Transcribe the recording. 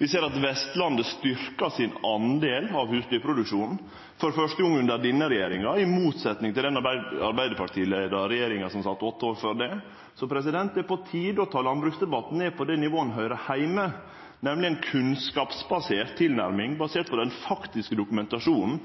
Vi ser at Vestlandet styrkjer sin del av husdyrproduksjonen for første gong under denne regjeringa – i motsetnad til kva som skjedde under den Arbeidarparti-leia regjeringa som sat i åtte år før det. Det er på tide å ta landbruksdebatten ned på det nivået han høyrer heime, nemleg ei kunnskapsbasert tilnærming, basert på den faktiske dokumentasjonen